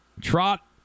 Trot